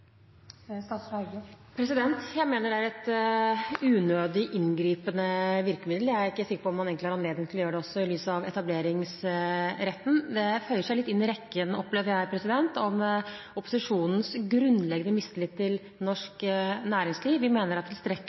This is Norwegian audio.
Jeg mener det er et unødig inngripende virkemiddel. Jeg er heller ikke sikker på om man har anledning til å gjøre det, i lys av etableringsretten. Jeg opplever at dette føyer seg litt inn rekken av eksempler på opposisjonens grunnleggende mistillit til norsk næringsliv. Vi mener det er tilstrekkelig